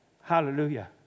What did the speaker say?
Hallelujah